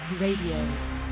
Radio